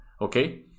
okay